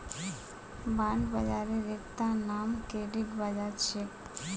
bond बाजारेर एकता नाम क्रेडिट बाजार छेक